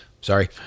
Sorry